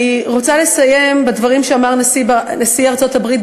אני רוצה לסיים בדברים שאמר נשיא ארצות-הברית